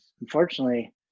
Unfortunately